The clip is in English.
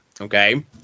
Okay